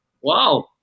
Wow